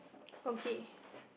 okay